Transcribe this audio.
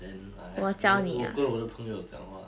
then I 我我跟我的朋友讲话